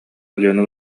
алена